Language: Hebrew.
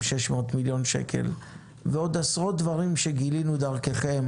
600 מיליון שקל ועוד עשרות דברים שגילינו דרככם